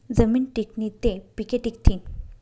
जमीन टिकनी ते पिके टिकथीन